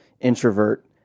introvert